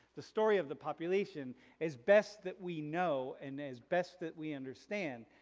the story of the population as best that we know, and as best that we understand,